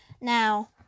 Now